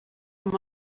amb